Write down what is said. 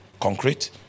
concrete